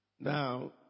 Now